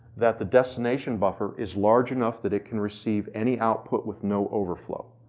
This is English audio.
that the destination buffer is large enough that it can receive any output with no overflow.